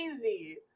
crazy